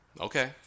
Okay